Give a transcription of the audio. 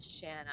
Shanna